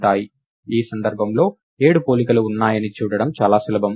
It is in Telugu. ఈ సందర్భంలో 7 పోలికలు ఉన్నాయని చూడటం చాలా సులభం